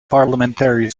parliamentary